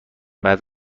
بعد